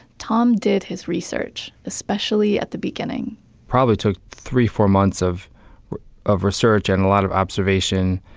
tom did his research. especially at the beginning probably took three-four months of of research and a lot of observation.